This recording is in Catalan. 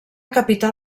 capità